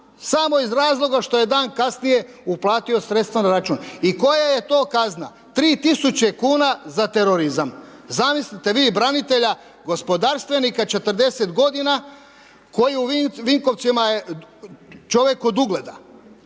samo iz razloga što je dan kasnije uplatio sredstva na račun? I koja je to kazna? 3 tisuće kuna za terorizam. Zamislite vi branitelja, gospodarstvenika, 40 godina koji u Vinkovcima je čovjek od ugleda